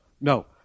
no